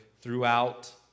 throughout